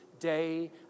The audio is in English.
Day